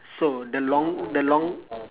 so the long the long